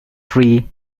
free